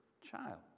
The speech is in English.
child